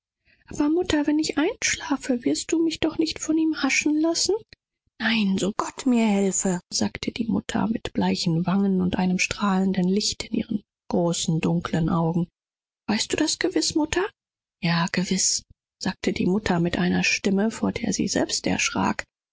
aber mutter wenn ich einschlafe wirst du doch nicht zugeben daß er mich nimmt nein so gott mir helfe sagte die mutter mit blässerer wange und hellerer gluth in ihrem dunklen auge gewiß nicht mutter gewiß nicht sagte die mutter mit einer stimme vor der sie selbst erschrack